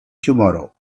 tomorrow